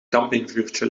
kampingvuurtje